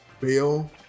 Bill